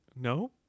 no